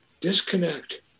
disconnect